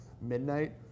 midnight